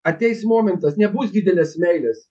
ateis momentas nebus didelės meilės